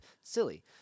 silly